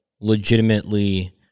legitimately